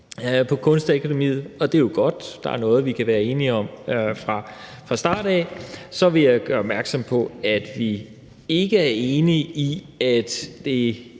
på Kunstakademiet, og det er jo godt, der er noget, vi kan være enige om fra start af. Så vil jeg gøre opmærksom på, at vi ikke er enige i den